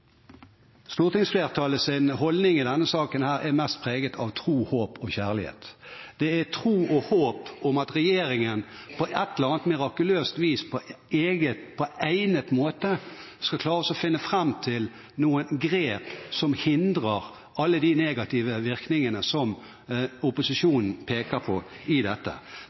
holdning i denne saken er mest preget av tro, håp og kjærlighet. Det er tro på og håp om at regjeringen på et eller annet mirakuløst vis, på egnet måte skal klare å finne fram til noen grep som hindrer alle de negative virkningene som opposisjonen peker på i dette.